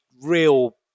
real